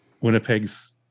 Winnipeg's